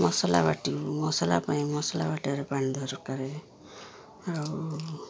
ମସଲା ବାଟିବୁ ମସଲା ପାଇଁ ମସଲା ବଟାରେ ପାଣି ଦରକାର ଆଉ